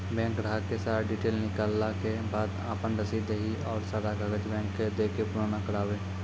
Bank ग्राहक के सारा डीटेल निकालैला के बाद आपन रसीद देहि और सारा कागज बैंक के दे के पुराना करावे?